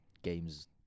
games